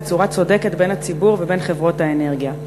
בצורה צודקת בין הציבור ובין חברות האנרגיה.